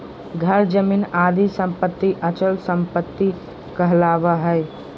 घर, जमीन आदि सम्पत्ति अचल सम्पत्ति कहलावा हइ